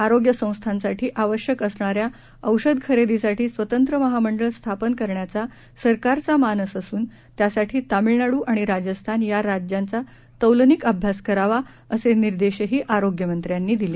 आरोग्य संस्थांसाठी आवश्यक असणाऱ्या औषध खरेदीसाठी स्वतंत्र महामंडळ स्थापन करण्याचा सरकारचा मानस असून त्यासाठी तामिळनाडू आणि राजस्थान या राज्यांचा तौलनिक अभ्यास करावा असे निर्देशही आरोग्यमंत्र्यांनी दिले